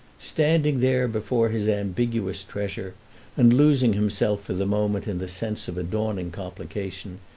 standing there before his ambiguous treasure and losing himself for the moment in the sense of a dawning complication,